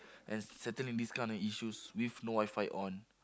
and settling these kind of issues with no WiFi on